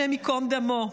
השם ייקום דמו.